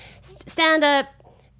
stand-up